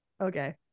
Okay